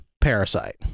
parasite